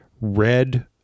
red